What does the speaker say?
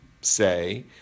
say